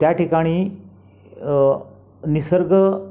त्या ठिकाणी निसर्ग